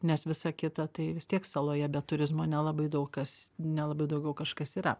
nes visa kita tai vis tiek saloje be turizmo nelabai daug kas nelabai daugiau kažkas yra